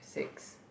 six